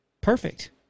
perfect